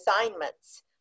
assignments